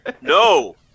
No